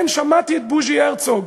כן, שמעתי את בוז'י הרצוג,